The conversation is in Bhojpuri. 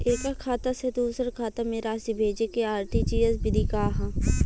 एकह खाता से दूसर खाता में राशि भेजेके आर.टी.जी.एस विधि का ह?